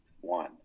one